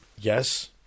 Yes